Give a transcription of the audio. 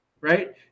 right